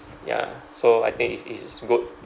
ya so I think it's it's it's good